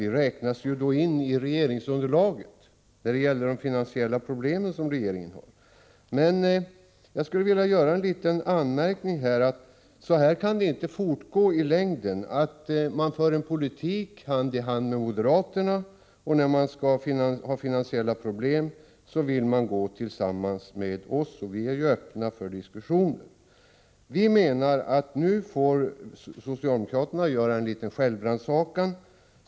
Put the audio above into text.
Vi räknas ju in i regeringsunderlaget när det gäller lösandet av de finansiella problem som regeringen har. Men jag vill här göra en liten anmärkning. Man kan inte i längden fortsätta att föra en politik hand i hand med moderaterna men när man har finansiella problem vilja gå tillsammans med oss, som är öppna för diskussioner. Vi menar att socialdemokraterna nu får göra en självrannsakan.